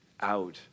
out